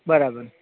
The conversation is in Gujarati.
બરાબર